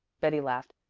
betty laughed.